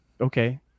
okay